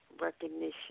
recognition